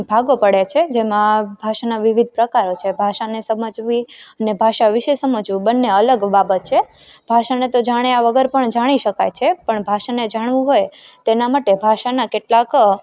ભાગો પડે છે જેમાં ભાષાના વિવિધ પ્રકારો છે ભાષાને સમજવી ને ભાષા વિષે સમજવું બંને અલગ બાબત છે ભાષાને તો જાણ્યા વગર પણ જાણી શકાય છે પણ ભાષાને જાણવું હોય તેના માટે ભાષાના કેટલાક